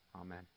Amen